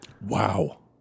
Wow